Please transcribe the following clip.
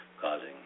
causing